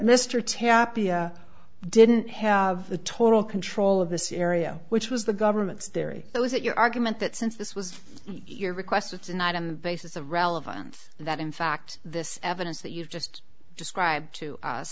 tapi didn't have the total control of this area which was the government's theory but was it your argument that since this was your request of tonight and basis of relevance that in fact this evidence that you've just described to us